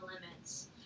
limits